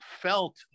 felt